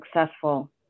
successful